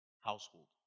household